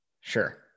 Sure